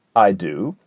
i do.